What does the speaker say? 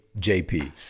JP